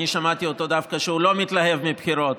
אני שמעתי דווקא שהוא לא מתלהב מבחירות,